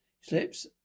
slips